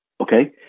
Okay